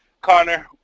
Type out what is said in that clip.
Connor